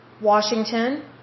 Washington